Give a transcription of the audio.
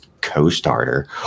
co-starter